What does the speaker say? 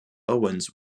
owens